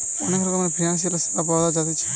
অনেক রকমের ফিনান্সিয়াল সেবা পাওয়া জাতিছে